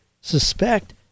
suspect